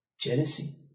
Jealousy